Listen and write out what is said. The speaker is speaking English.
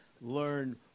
learn